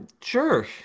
Sure